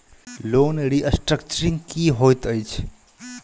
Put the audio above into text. Loan restructuring की होइत अछि?